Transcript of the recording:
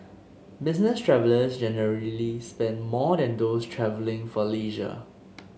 business travellers generally spend more than those travelling for leisure